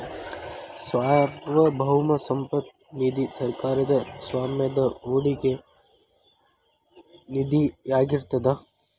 ಸಾರ್ವಭೌಮ ಸಂಪತ್ತ ನಿಧಿ ಸರ್ಕಾರದ್ ಸ್ವಾಮ್ಯದ ಹೂಡಿಕೆ ನಿಧಿಯಾಗಿರ್ತದ